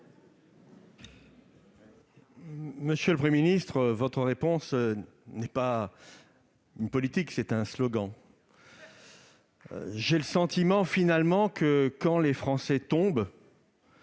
Monsieur le Premier ministre, votre réponse ne définit pas une politique, c'est un slogan ! J'ai le sentiment que, quand les Français tombent,